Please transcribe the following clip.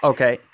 Okay